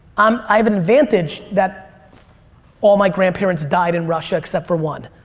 um i have an advantage that all my grandparents died in russia except for one.